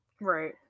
right